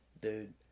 Dude